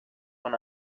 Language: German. von